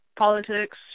politics